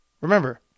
remember